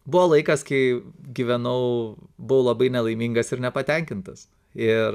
buvo laikas kai gyvenau buvau labai nelaimingas ir nepatenkintas ir